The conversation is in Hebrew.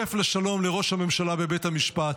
מנופף לשלום לראש הממשלה בבית המשפט.